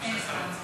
מה שהשר רוצה.